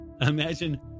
Imagine